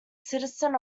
citizen